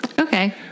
okay